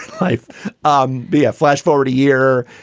life um be a flash forward a year.